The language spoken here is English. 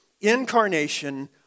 incarnation